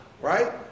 Right